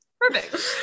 perfect